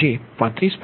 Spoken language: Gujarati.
77 એંગલ 116